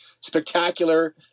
spectacular